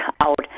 out